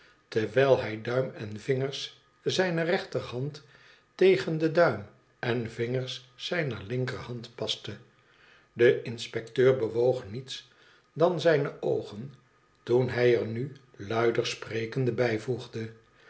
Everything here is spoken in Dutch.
terwijl hij duim en vingers zijner rechterhand tegen den duim en de vingers zijner linkerhand paste de inspecteur bewoog niets dan zijne oogea toen hij er nu luider sprekende bijvoegde